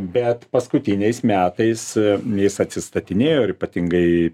bet paskutiniais metais jis atsistatinėjo ir ypatingai